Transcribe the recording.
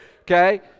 okay